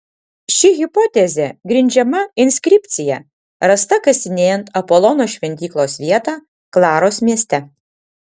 ši hipotezė grindžiama inskripcija rasta kasinėjant apolono šventyklos vietą klaros mieste